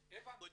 קוצ'ינים.